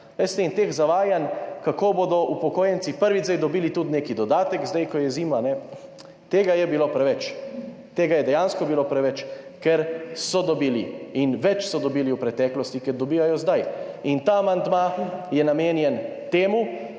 Veste, teh zavajanj, kako bodo upokojenci zdaj prvič dobili tudi neki dodatek, zdaj ko je zima, tega je bilo preveč. Tega je dejansko bilo preveč, ker so dobili in več so dobili v preteklosti, kot dobivajo zdaj. Ta amandma je namenjen temu,